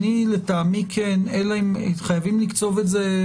לטעמי, כן, אלא אם מתחייבים לקצוב את זה